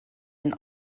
and